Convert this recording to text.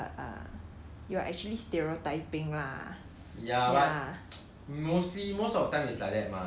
ya but mostly most of the time is like that mah but hor just now you say people play